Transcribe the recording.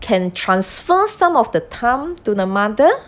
can transfer some of the time to her mother